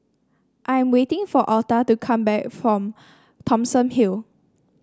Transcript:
I am waiting for Alta to come back from Thomson Hill